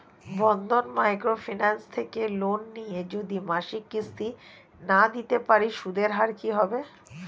বন্ধন micro finance থেকে loan নিয়ে যদি মাসিক কিস্তি না দিতে পারি সুদের হার কি হবে?